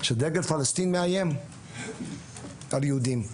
שדגל פלשתין מאיים על יהודים,